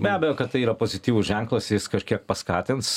be abejo kad tai yra pozityvus ženklas jis kažkiek paskatins